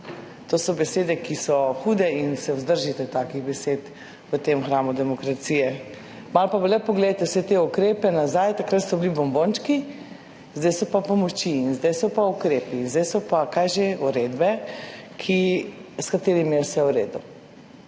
To so besede, ki so hude in se vzdržite takih besed v tem hramu demokracije. Malo pa le poglejte vse te ukrepe nazaj. Takrat so bili bombončki, zdaj so pa pomoči in zdaj so pa ukrepi. Zdaj so pa … Kaj že? Uredbe, s katerimi je vse v redu.